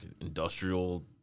industrial